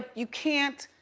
you can't,